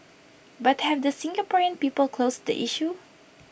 but have the Singaporean people closed the issue